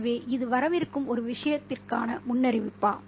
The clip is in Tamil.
எனவே இது வரவிருக்கும் ஒரு விஷயத்திற்கான முன்னறிவிப்பா